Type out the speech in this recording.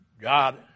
God